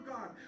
God